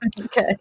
okay